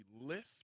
lift